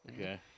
Okay